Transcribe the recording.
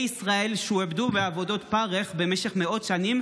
ישראל שועבדו בעבודות פרך במשך מאות שנים,